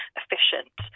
efficient